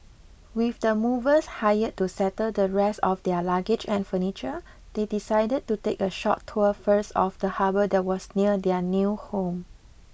with the movers hired to settle the rest of their luggage and furniture they decided to take a short tour first of the harbour that was near their new home